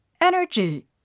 Energy